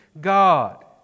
God